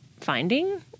finding